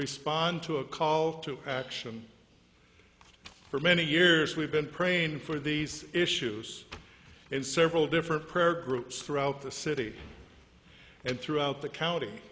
respond to a call to action for many years we've been praying for these issues in several different prayer groups throughout the city and throughout the county